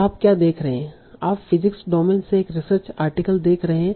तो आप क्या देख रहे हैं आप फिजिक्स डोमेन से एक रिसर्च आर्टिकल देख रहे हैं